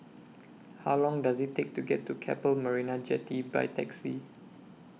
How Long Does IT Take to get to Keppel Marina Jetty By Taxi